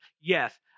yes